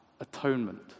atonement